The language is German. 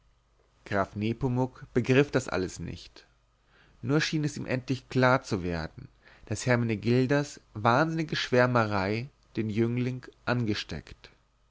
graf nepomuk begriff alles nicht nur schien es ihm endlich klar zu werden daß hermenegildas wahnsinnige schwärmerei den jüngling angesteckt